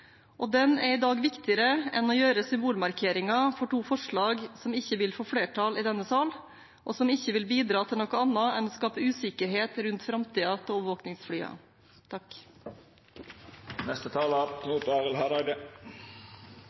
og den er i dag viktigere enn å gjøre symbolmarkeringer for to forslag som ikke vil få flertall i denne sal, og som ikke vil bidra til noe annet enn å skape usikkerhet rundt framtiden til